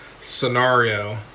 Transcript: scenario